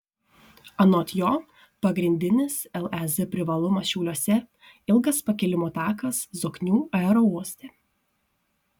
anot jo pagrindinis lez privalumas šiauliuose ilgas pakilimo takas zoknių aerouoste